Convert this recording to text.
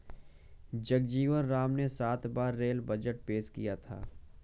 जगजीवन राम ने सात बार रेल बजट पेश किया था